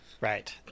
Right